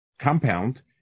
compound